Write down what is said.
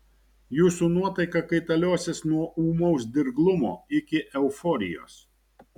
jūsų nuotaika kaitaliosis nuo ūmaus dirglumo iki euforijos